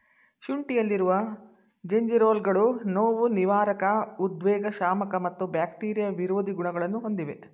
ಶುಂಠಿಯಲ್ಲಿರುವ ಜಿಂಜೆರೋಲ್ಗಳು ನೋವುನಿವಾರಕ ಉದ್ವೇಗಶಾಮಕ ಮತ್ತು ಬ್ಯಾಕ್ಟೀರಿಯಾ ವಿರೋಧಿ ಗುಣಗಳನ್ನು ಹೊಂದಿವೆ